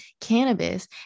cannabis